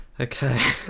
Okay